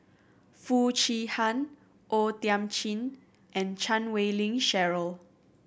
Foo Chee Han O Thiam Chin and Chan Wei Ling Cheryl